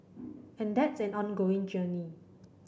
and that's an ongoing journey